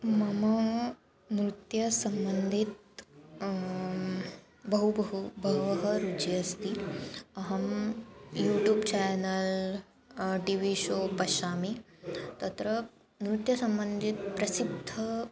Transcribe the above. मम नृत्यसम्बन्धितं बहु बहु बहवः रुचिः अस्ति अहं YouTube channel T V show पश्यामि तत्र नृत्यसम्बन्धः प्रसिद्धः